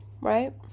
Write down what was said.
right